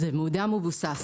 זה מידע מבוסס.